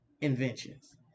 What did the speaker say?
inventions